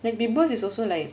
like people is also leh